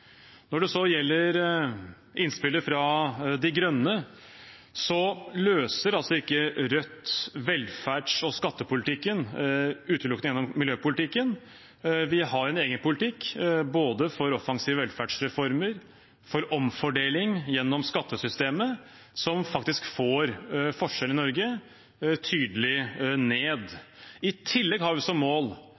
Når det gjelder innspillet fra Miljøpartiet De Grønne, løser ikke Rødt velferds- og skattepolitikken utelukkende gjennom miljøpolitikken. Vi har en egen politikk både for offensive velferdsreformer og for omfordeling gjennom skattesystemet som faktisk får forskjellene i Norge tydelig ned. I tillegg har vi som mål